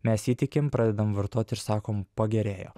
mes įtikim pradedam vartot ir sakom pagerėjo